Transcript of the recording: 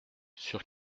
sur